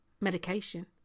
medication